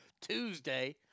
Tuesday